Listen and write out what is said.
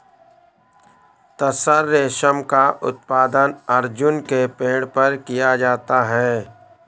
तसर रेशम का उत्पादन अर्जुन के पेड़ पर किया जाता है